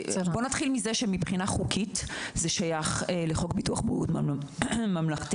מזה שמבחינה חוקית זה שייך לחוק ביטוח בריאות ממלכתי.